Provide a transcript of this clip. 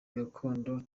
gakondo